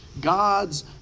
God's